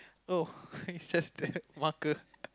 oh just that marker